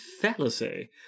fallacy